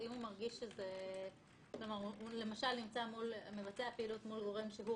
אני מבין שכל הפרינציפ הוא שאין כאן מפגש של פנים מול פנים,